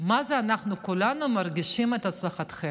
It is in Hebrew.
מה זה, אנחנו כולנו מרגישים את הצלחתכם.